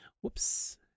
Whoops